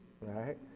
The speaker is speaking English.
right